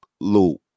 loop